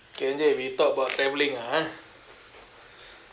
K N_J we talk about travelling lah ah